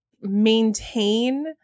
maintain